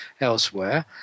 elsewhere